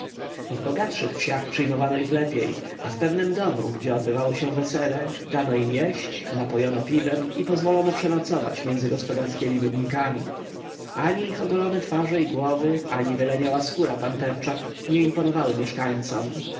w bogatszych wsiach przyjmowano ich lepiej a w pewnym domu gdzie odbywało się wesele dano im jeść napojono piwem i pozwolono przenocować między gospodarskiemi budynkami ani ich ogolone twarze i głowy ani wyleniała skóra pantercza nie imponowały mieszkańcom